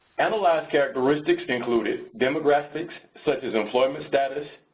analyzed characteristics included demographics such as employment status,